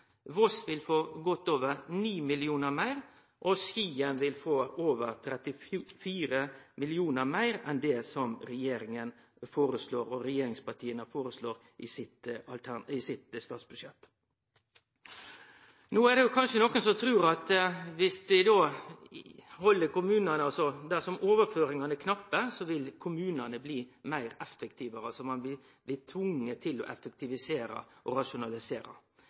Voss får godt over 9 mill. kr meir, og Skien vil få over 34 mill. kr meir enn det regjeringa og regjeringspartia foreslår i sitt statsbudsjett. Nokon trur kanskje at dersom overføringane er knappe, vil kommunane bli meir effektive. Ein blir altså tvungne til å effektivisere og